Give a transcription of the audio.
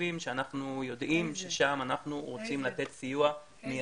ספציפיים שאנחנו יודעים ששם אנחנו רוצים לתת סיוע מיידי.